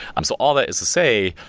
um so all that is to say,